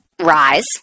Rise